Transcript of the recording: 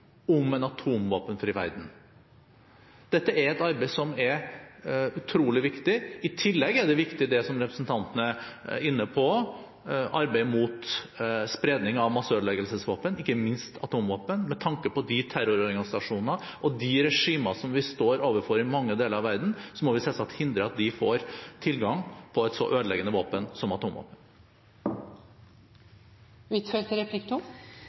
om en atomvåpenfri verden. Dette er et arbeid som er utrolig viktig. I tillegg er det viktig det som også representanten er inne på – arbeidet mot spredning av masseødeleggelsesvåpen, ikke minst atomvåpen, med tanke på de terrororganisasjonene og de regimene som vi står overfor i mange deler av verden. Vi må selvsagt hindre at de får tilgang på et så ødeleggende våpen som